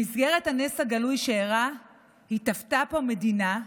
במסגרת הנס הגלוי שאירע התהוותה פה מדינה,